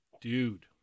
Dude